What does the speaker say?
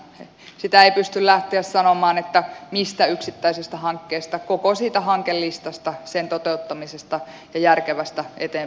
sitä ei pysty lähtemään sanomaan mistä yksittäisestä hankkeesta vaan koko siitä hankelistasta sen toteuttamisesta ja järkevästä eteenpäin hoitamisesta